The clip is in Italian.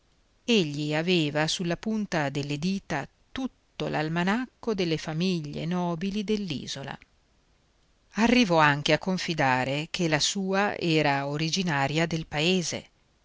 limòli egli aveva sulla punta delle dita tutto l'almanacco delle famiglie nobili dell'isola arrivò anche a confidare che la sua era originaria del paese